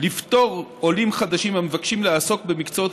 לפטור עולים חדשים המבקשים לעסוק במקצועות